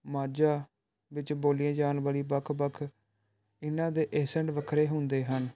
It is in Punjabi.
ਮਾਝਾ ਵਿੱਚ ਬੋਲੀਆਂ ਜਾਣ ਵਾਲੀ ਵੱਖ ਵੱਖ ਇਹਨਾਂ ਦੇ ਏਸੈਂਟ ਵੱਖਰੇ ਹੁੰਦੇ ਹਨ